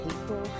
people